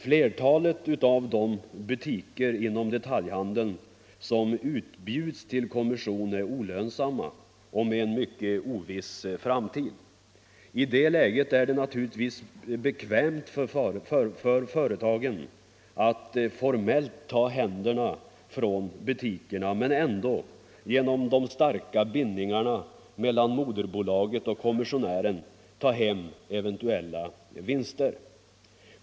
Flertalet av de butiker inom detaljhandeln som utbjuds till kommission är olönsamma och med en mycket oviss framtid. I det läget är det bekvämt för företagen att formellt ta händerna från butikerna men ändå, genom de starka bindningarna mellan moderbolaget och kommissionä ren, ta hem eventuella vinster.